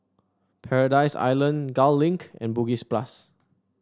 Paradise Island Gul Link and Bugis Plus